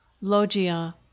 logia